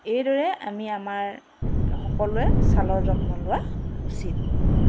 এইদৰে আমি আমাৰ সকলোৱে ছালৰ যত্ন লোৱা উচিত